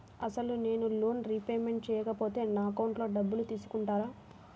అసలు నేనూ loan repayment చేయకపోతే నా అకౌంట్లో డబ్బులు తీసుకుంటారా?